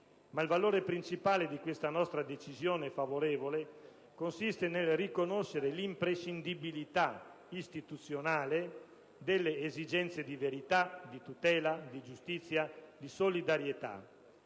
Ma il valore principale di questa nostra decisione favorevole consiste nel riconoscere l'imprescindibilità istituzionale delle esigenze di verità, di tutela, di giustizia, di solidarietà.